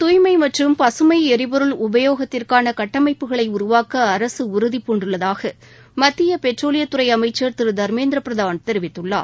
தூய்மை மற்றும் பசுமை எரிபொருள் உபயோகத்திற்கான கட்டமைப்புகளை உருவாக்க அரசு நாட்டில் உறுதிபூண்டுள்ளதாக மத்திய பெட்ரோலியத்துறை அமைச்சர் திரு தர்மேந்திர பிரதான் தெரிவித்துள்ளார்